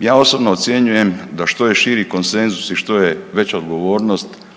Ja osobno ocjenjujem da što je širi konsenzus i što je veća odgovornost